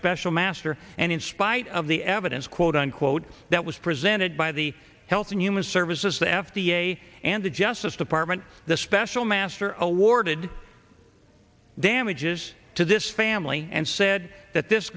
special master and in spite of the evidence quote unquote that was presented by the health and human services the f d a and the justice department the special master awarded damages to this family and said that this